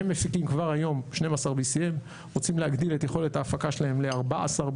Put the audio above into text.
הם מפיקים כבר היום BCM12. רוצים להגדיל את יכולת ההפקה שלהם ל-BCM14.